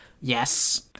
Yes